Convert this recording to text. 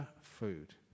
food